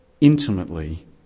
intimately